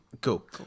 Cool